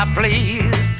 please